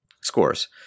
scores